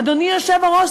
אדוני היושב-ראש,